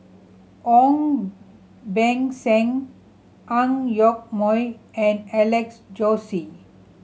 Ong Beng Seng Ang Yoke Mooi and Alex Josey